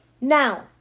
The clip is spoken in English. Now